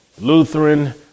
Lutheran